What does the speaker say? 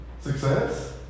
Success